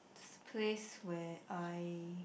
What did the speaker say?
place where I